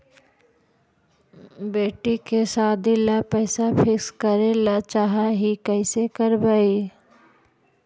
बेटि के सादी ल पैसा फिक्स करे ल चाह ही कैसे करबइ?